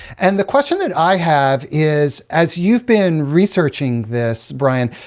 and the question that i have is, as you've been researching this, brian,